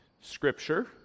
Scripture